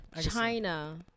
China